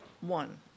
one